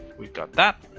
we've got that.